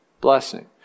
blessing